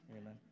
amen